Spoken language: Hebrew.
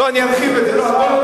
אדוני השר,